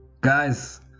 guys